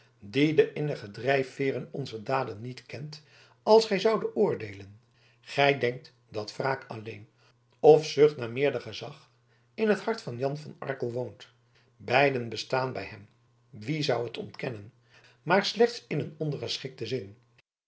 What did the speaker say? die de innige drijfveeren onzer daden niet kent als gij zoude oordeelen gij denkt dat wraak alleen of zucht naar meerder gezag in het hart van jan van arkel woont beiden bestaan bij hem wie zou het ontkennen maar slechts in een ondergeschikten zin